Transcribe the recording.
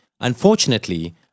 Unfortunately